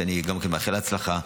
שאני מאחל לה הצלחה.